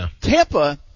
Tampa